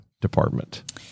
department